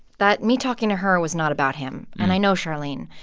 that me talking to her was not about him. and i know charlyne.